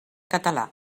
català